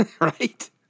right